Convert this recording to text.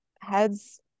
Heads